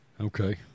Okay